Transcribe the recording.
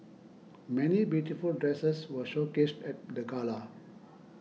many beautiful dresses were showcased at the gala